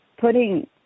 putting